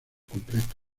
completo